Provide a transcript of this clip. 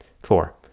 Four